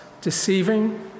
deceiving